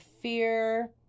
fear